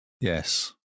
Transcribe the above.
Yes